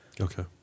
Okay